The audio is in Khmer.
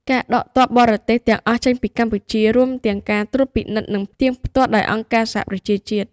ការដកទ័ពបរទេសទាំងអស់ចេញពីកម្ពុជា រួមទាំងការត្រួតពិនិត្យ និងផ្ទៀងផ្ទាត់ដោយអង្គការសហប្រជាជាតិ។